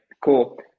Cool